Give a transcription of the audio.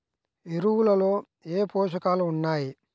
ఎరువులలో ఏ పోషకాలు ఉన్నాయి?